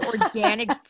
organic